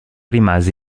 rimase